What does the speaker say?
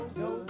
no